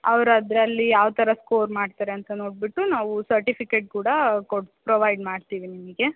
ಅವರದರಲ್ಲಿ ಯಾವ ಥರ ಸ್ಕೋರ್ ಮಾಡ್ತಾರೆ ಅಂತ ನೋಡಿಬಿಟ್ಟು ನಾವು ಸರ್ಟಿಫಿಕೇಟ್ ಕೂಡ ಕೊಡ್ ಪ್ರೊವಾಯ್ಡ್ ಮಾಡ್ತೀವಿ ನಿಮಗೆ